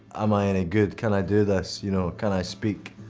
am i any good? can i do this you know. can i speak